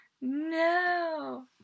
No